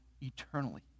eternally